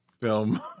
film